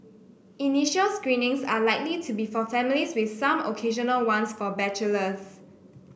initial screenings are likely to be for families with some occasional ones for bachelors